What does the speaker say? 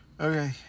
Okay